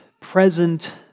present